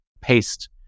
paste